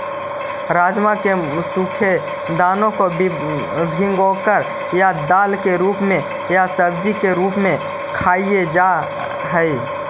राजमा के सूखे दानों को भिगोकर या दाल के रूप में या सब्जी के रूप में खाईल जा हई